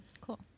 Cool